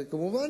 וכמובן,